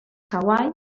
hawaii